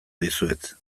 dizuet